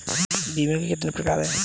बीमे के कितने प्रकार हैं?